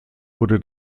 wurde